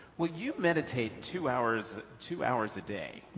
well, you meditate two hours two hours a day,